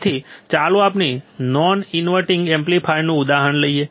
તેથી ચાલો આપણે નોન ઇન્વર્ટીં ઓપ એમ્પનું ઉદાહરણ લઈએ